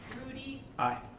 rudey. aye.